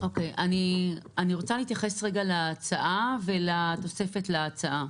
אני רוצה להתייחס להצעה ולתוספת להצעה.